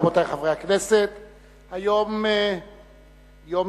ולכן סדר-היום